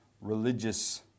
religious